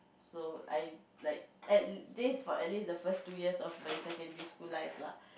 so I like at least for at least the first two years of my secondary school life lah